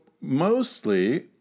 mostly